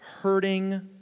hurting